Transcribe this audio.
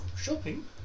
shopping